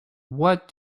what